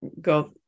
go